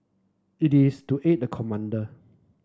it is to aid the commander